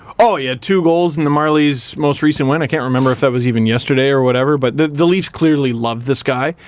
oh, he had two goals in the marlies' most recent win, i can't remember if that was even yesterday or whatever, but the the leafs clearly love this guy,